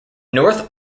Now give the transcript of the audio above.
north